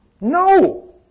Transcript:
No